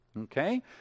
okay